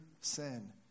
sin